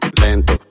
lento